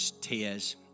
tears